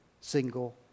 single